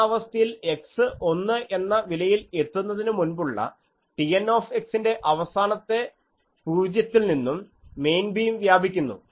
ആ അവസ്ഥയിൽ x ഒന്ന് എന്ന വിലയിൽ എത്തുന്നതിനു മുൻപുള്ള Tn ന്റെ അവസാനത്തെ 0 ത്തിൽ നിന്നും മെയിൻ ബീം വ്യാപിക്കുന്നു